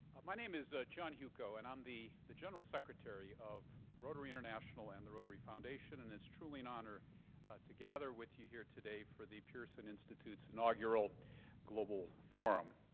my name is john hewko, and i'm the the general secretary of rotary international and the rotary foundation, and it's truly an honor to gather with you here today for the pearson institute's inaugural global forum.